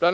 BI.